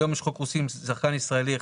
היום יש חוק רוסי עם שחקן ישראלי אחד.